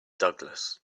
douglas